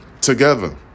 together